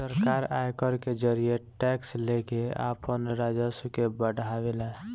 सरकार आयकर के जरिए टैक्स लेके आपन राजस्व के बढ़ावे ले